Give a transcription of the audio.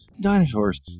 dinosaurs